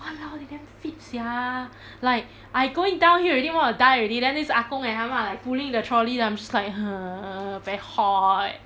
!walao! they damn fit sia like I going downhill already want to die already then this ah gong and ah ma like pulling the trolley I'm just like !huh! very hot